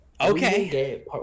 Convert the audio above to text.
okay